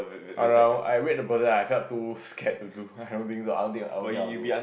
oh no I wait the process I felt too scared to do I don't think so I don't think I don't think I will do